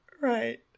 Right